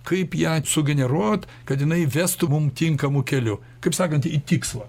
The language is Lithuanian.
kaip ją sugeneruot kad jinai vestų mum tinkamu keliu kaip sakant į tikslą